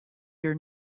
your